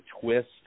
twist